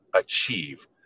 achieve